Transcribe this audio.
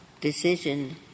decision